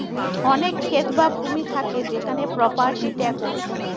অনেক ক্ষেত বা ভূমি থাকে সেখানে প্রপার্টি ট্যাক্স দিতে হয়